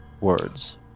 words